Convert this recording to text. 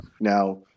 Now